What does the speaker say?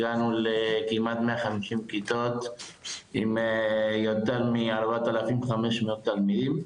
הגענו לכמעט 150 כיתות עם יותר מ-4,500 תלמידים,